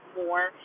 more